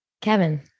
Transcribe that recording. Kevin